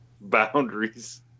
boundaries